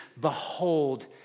behold